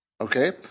Okay